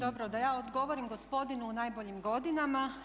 Dobro da ja odgovorim gospodinu u najboljim godinama.